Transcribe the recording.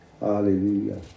Hallelujah